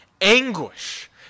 anguish